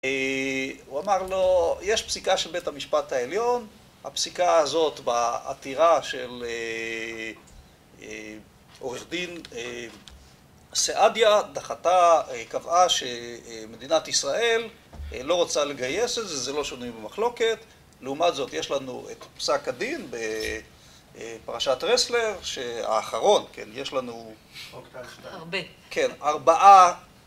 הוא אמר לו, יש פסיקה של בית המשפט העליון, הפסיקה הזאת בעתירה של עורך דין סעדיה, דחתה, קבעה שמדינת ישראל לא רוצה לגייס את זה, זה לא שנוי ממחלוקת. לעומת זאת, יש לנו את פסק הדין בפרשת רסלר, שהאחרון, כן, יש לנו... עוד קצת. כן, ארבעה.